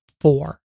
four